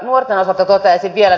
nuorten osalta toteaisin vielä